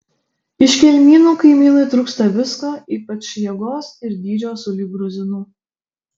iš kelmynų kaimynui trūksta visko ypač jėgos ir dydžio sulig gruzinu